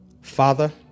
father